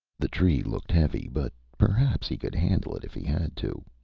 the tree looked heavy, but perhaps he could handle it if he had to,